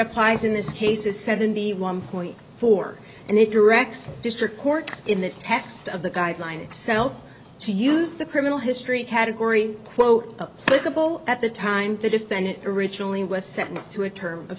applies in this case is seventy one point four and it directs the district court in the text of the guideline itself to use the criminal history category a little at the time to defend it originally was sentenced to a term of